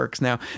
now